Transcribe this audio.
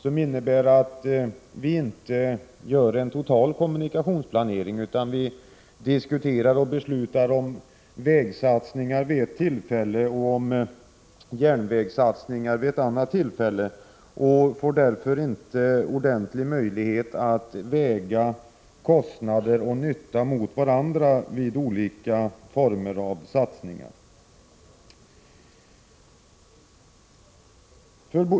Vi gör inte en total kommunikationsplanering, utan vi diskuterar och beslutar om vägsatsningar vid ett tillfälle och om järnvägssatsningar vid ett annat tillfälle. Därför får vi inte ordentliga möjligheter att väga kostnader och nytta mot varandra vid olika former av satsningar.